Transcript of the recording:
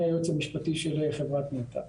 אני היועץ המשפטי של חברת נת"ע.